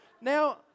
Now